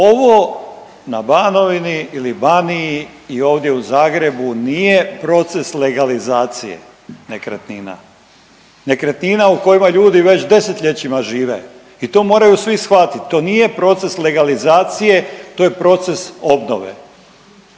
Ovo na Banovini ili Baniji i ovdje u Zagrebu nije proces legalizacije nekretnina, nekretnina u kojima ljudi već desetljećima žive i to moraju svi shvatiti. To nije proces legalizacije, to je proces obnove.